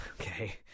Okay